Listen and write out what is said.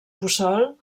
puçol